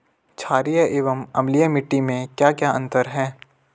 छारीय एवं अम्लीय मिट्टी में क्या क्या अंतर हैं?